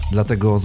Dlatego